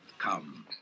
Come